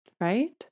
right